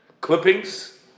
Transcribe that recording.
clippings